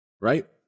right